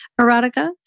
erotica